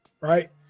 Right